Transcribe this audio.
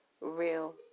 real